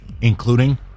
Including